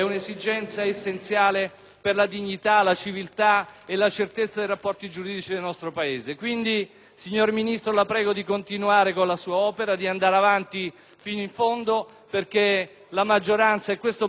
per la dignità, la civiltà e la certezza dei rapporti giuridici del nostro Paese. Quindi, signor Ministro, la prego di continuare con la sua opera e andare avanti fino in fondo, perché la maggioranza e questo Parlamento la sosterranno